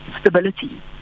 stability